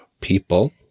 people